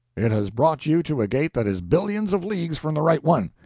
it has brought you to a gate that is billions of leagues from the right one.